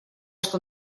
что